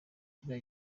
kiriya